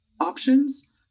options